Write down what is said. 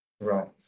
Right